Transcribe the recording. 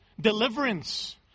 deliverance